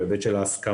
להיבט של ההסכמה,